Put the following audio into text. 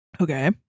Okay